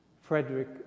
Frederick